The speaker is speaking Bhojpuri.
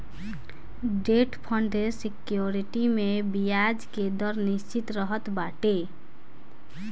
डेट फंड सेक्योरिटी में बियाज के दर निश्चित रहत बाटे